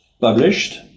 published